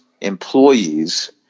employees